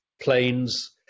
planes